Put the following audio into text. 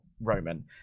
Roman